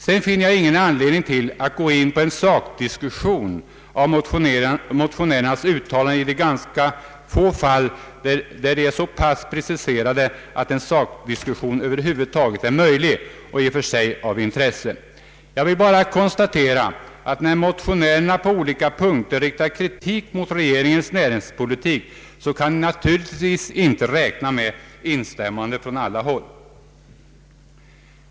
Sedan finner jag ingen anledning att gå in på en sakdiskussion av motionärernas uttalanden i de ganska få fall där de är så pass preciserade att en sakdiskussion över huvud taget är möjlig och i och för sig av intresse. Jag vill bara konstatera att när motionärerna på olika punkter riktar kritik mot regeringens näringspolitik så kan de naturligtvis inte räkna med instämmanden från alla håll.